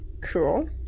Cool